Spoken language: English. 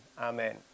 amen